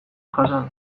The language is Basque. jasan